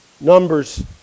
Numbers